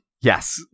Yes